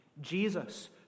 Jesus